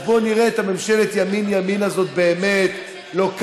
אז בואו נראה את ממשלת הימין-ימין הזאת באמת לוקחת,